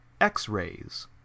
X-rays